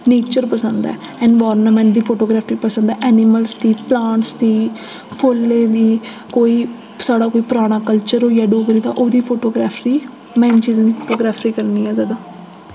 nature पसंद ऐ environment दी फोटोग्राफ्री पसंद ऐ एनिमल्स दी प्लांट्स दी फुल्लें दी कोई साढ़ा कोई पराना कल्चर होई गेआ डोगरी दा ओह्दी फोटोग्राफ्री में इन चीजें दी फोटोग्राफ्री करनी ऐं ज्यादा